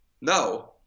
no